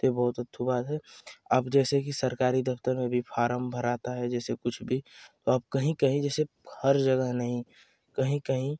यह बहुत अथू बाद है अब जैसे कि सरकारी दफ़्तर में भी फारम भराता है जैसे कुछ भी अब कहीं कहीं जैसे हर जगह नहीं कहीं कहीं